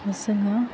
जोङो